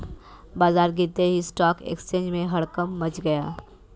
बाजार गिरते ही स्टॉक एक्सचेंज में हड़कंप मच गया